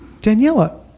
Daniela